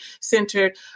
centered